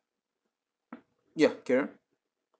ya carry on